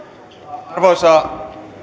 arvoisa